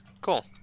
Cool